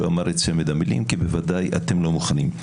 אמר את צמד המילים כי בוודאי אתם לא מוכנים.